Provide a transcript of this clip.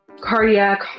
cardiac